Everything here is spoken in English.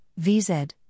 VZ